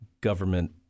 government